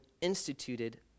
instituted